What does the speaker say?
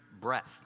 breath